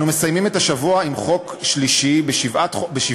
אנו מסיימים את השבוע עם חוק שלישי בשבעת